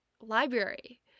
library